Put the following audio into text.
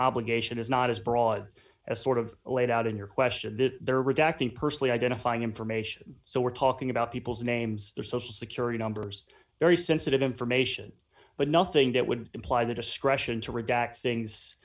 obligation is not as broad as sort of laid out in your question that they're reacting personally identifying information so we're talking about people's names their social security numbers very sensitive information but nothing that would imply the discretion to